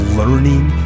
learning